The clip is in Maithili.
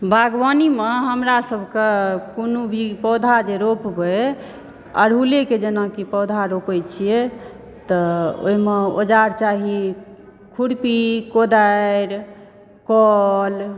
बागवानीमे हमरा सभके कोनो भी पौधा जे रोपबय अड़हुले के जेनाकि पौधा रोपय छियै तऽ ओहिमे औजार चाही खुरपी कोदारि कल